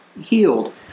healed